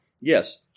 Yes